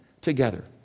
together